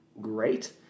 great